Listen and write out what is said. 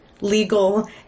legal